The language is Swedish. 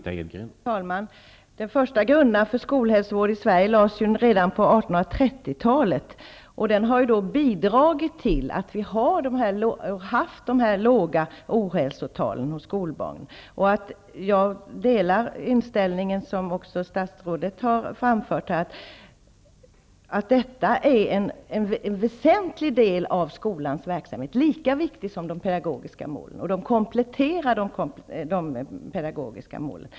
Herr talman! De första grunderna för skolhälsovården i Sverige lades redan på 1830-talet. Det har bidragit till att vi har haft låga ohälsotal hos skolbarnen. Jag delar den inställning som statsrådet här framförde, att detta är en väsentlig del i skolans verksamhet, lika viktig som de pedagogiska målen. Den kompletterar de pedagogiska målen.